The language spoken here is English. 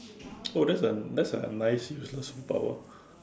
oh that's a that's a nice useless superpower